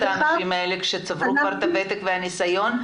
האנשים האלה שצברו כבר את הוותק והנסיון,